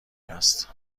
است